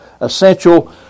essential